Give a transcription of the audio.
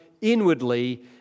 inwardly